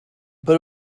but